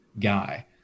guy